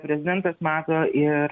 prezidentas mato ir